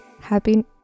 Happy